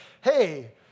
hey